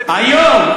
היום,